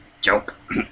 joke